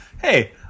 Hey